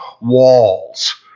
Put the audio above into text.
walls